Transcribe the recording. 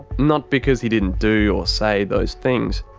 not because he didn't do or say those things.